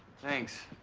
thanks.